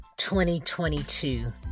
2022